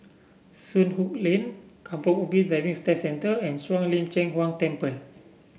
Soon Hock Lane Kampong Ubi Driving Centre and Shuang Lin Cheng Huang Temple